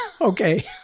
okay